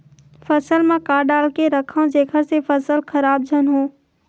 फसल म का डाल के रखव जेखर से फसल खराब झन हो?